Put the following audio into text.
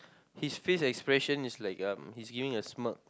his face expression is like um he's giving a smirk